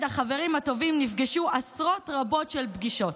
החברים הטובים נפגשו עשרות רבות של פגישות.